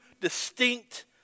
distinct